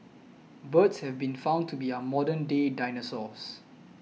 birds have been found to be our modern day dinosaurs